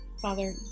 Father